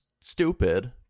stupid